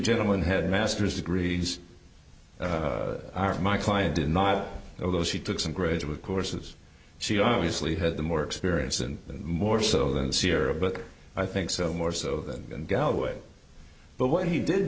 gentlemen had master's degrees my client did not although she took some graduate courses she obviously had the more experience and more so than syrah but i think so more so than galloway but what he did